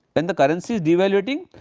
when the currency is devaluating,